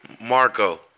Marco